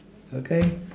okay